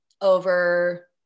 Over